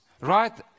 right